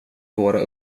våra